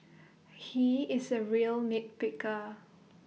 he is A real nit picker